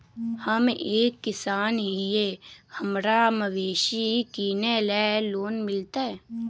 हम एक किसान हिए हमरा मवेसी किनैले लोन मिलतै?